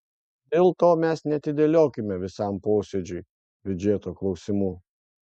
dėl to mes neatidėliokime visam posėdžiui biudžeto klausimų